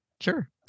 Sure